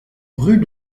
rue